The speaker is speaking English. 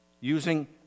using